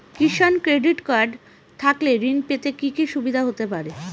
কিষান credit card থাকলে ঋণ পেতে কি কি সুবিধা হতে পারে?